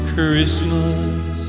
Christmas